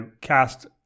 cast